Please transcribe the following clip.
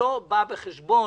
הרי לא בא בחשבון